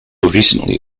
recently